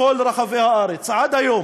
רק רגע, יוסף ג'בארין.